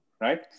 right